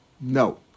no